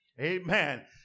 Amen